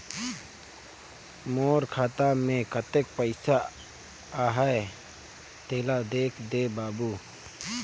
मोर खाता मे कतेक पइसा आहाय तेला देख दे बाबु?